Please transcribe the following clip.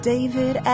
David